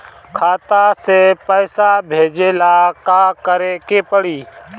खाता से पैसा भेजे ला का करे के पड़ी?